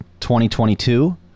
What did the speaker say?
2022